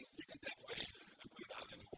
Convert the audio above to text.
you can take wave and